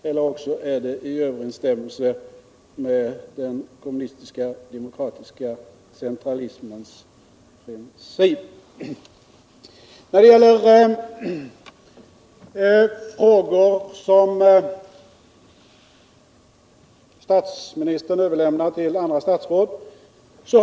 Eller också är det i överensstämmelse med den kommunistiska demokratiska centralismens principer! Vi har gått igenom de frågor statsministern har överlämnat till andra statsråd.